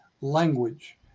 language